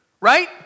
right